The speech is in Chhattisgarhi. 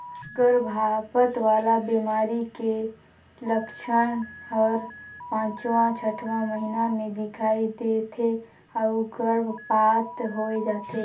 गरभपात वाला बेमारी के लक्छन हर पांचवां छठवां महीना में दिखई दे थे अउ गर्भपात होय जाथे